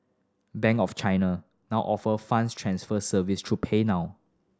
Bank of China now offer funds transfer service through PayNow